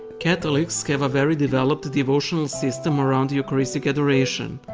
catholics have a very developed devotional system around the eucharistic adoration,